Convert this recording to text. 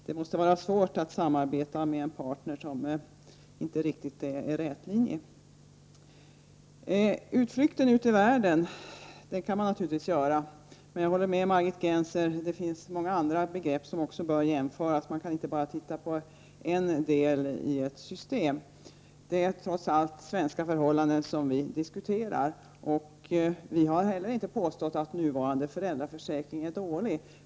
Det måste vara svårt att samarbeta med en partner som inte är riktigt rätlinjig. Utflykter i världen kan man naturligtvis göra, men jag håller med Margit Gennser om att det finns många andra omständigheter som också bör jämföras. Man kan inte titta på bara en detalj i ett system. Det är trots allt svenska förhållanden som vi diskuterar. Vi har inte heller påstått att nuvarande föräldraförsäkring är dålig.